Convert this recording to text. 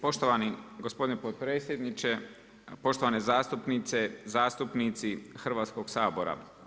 Poštovani gospodine potpredsjedniče, poštovane zastupnice, zastupnici Hrvatskog sabora.